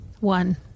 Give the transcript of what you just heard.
one